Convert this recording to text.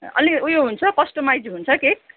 अलि उयो हुन्छ कस्टमाइज हुन्छ केक